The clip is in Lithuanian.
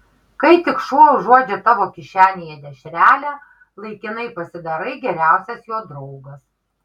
kai tik šuo užuodžia tavo kišenėje dešrelę laikinai pasidarai geriausias jo draugas